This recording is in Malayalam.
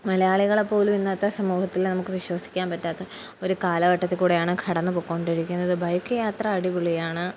മലയാളികെ പോലും ഇന്നാത്തെ സമൂഹത്തില് നമുക്ക് വിശ്വസിക്കാൻ പറ്റാത്ത ഒരു കാലഘട്ടത്തി കൂടെയാണ് കടന്ന്ു പക്കൊണ്ടിരിക്കുന്നത് ബൈക്ക് യാത്ര അടിപൊളിയാണ്